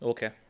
Okay